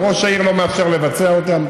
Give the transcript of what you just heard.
ולמה עכשיו לקראת כתב אישום,